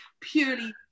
purely